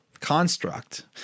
construct